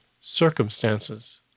circumstances